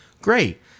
Great